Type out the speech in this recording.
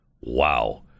wow